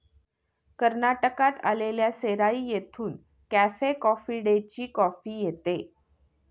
कर्नाटकात असलेल्या सेराई येथून कॅफे कॉफी डेची कॉफी येते